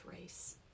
race